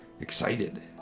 excited